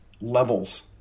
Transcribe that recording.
levels